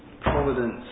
providence